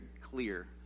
clear